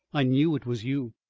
i knew it was you.